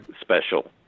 special